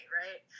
right